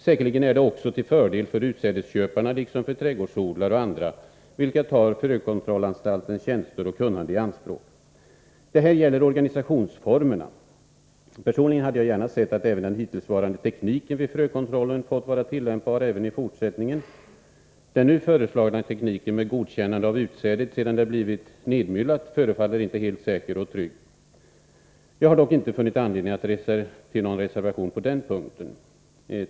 Säkerligen är det också till fördel för utsädesköparna, liksom för trädgårdsodlare och andra vilka tar frökontrollanstaltens tjänster och kunnande i anspråk. Jordbruksutskottets beslut gäller organisationsformerna. Personligen hade jag gärna sett att även den hittillsvarande tekniken vid frökontrollen fått vara tillämpbar även i fortsättningen. Den nu föreslagna tekniken, med godkännande av utsädet sedan det blivit nedmyllat, förefaller inte helt säker och trygg. Jag har dock inte funnit anledning till någon reservation på denna punkt.